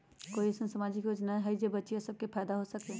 कोई अईसन सामाजिक योजना हई जे से बच्चियां सब के फायदा हो सके?